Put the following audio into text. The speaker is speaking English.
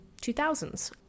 2000s